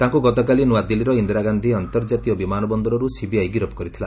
ତାଙ୍କୁ ଗତକାଲି ନ୍ତଆଦିଲ୍ଲୀର ଇନ୍ଦିରାଗାନ୍ଧି ଅନ୍ତର୍ଜାତୀୟ ବିମାନ ବନ୍ଦରରୁ ସିବିଆଇ ଗିରଫ କରିଥିଲା